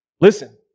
Listen